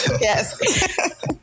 Yes